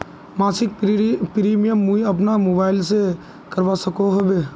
मासिक प्रीमियम मुई अपना मोबाईल से करवा सकोहो ही?